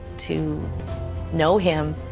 to know him.